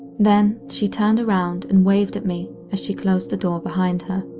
then she turned around and waved at me as she closed the door behind her.